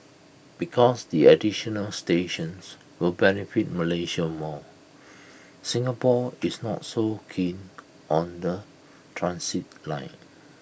because the additional stations will benefit Malaysia more Singapore is not so keen on the transit line